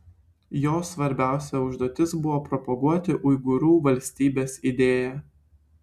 jo svarbiausia užduotis buvo propaguoti uigūrų valstybės idėją